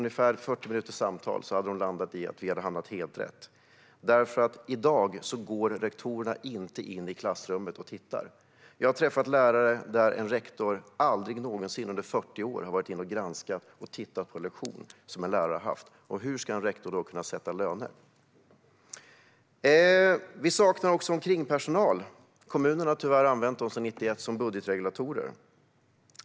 Efter 40 minuters samtal hade de dock landat i vi hade hamnat helt rätt. I dag går nämligen inte rektorerna in i klassrummet. Jag har träffat lärare på skolor där en rektor aldrig någonsin under 40 år har varit inne och tittat på en lektion som en lärare har haft. Hur ska rektor då kunna sätta löner? Vi saknar också kringpersonal. Kommunen har tyvärr använt dem som budgetregulatorer sedan 1991.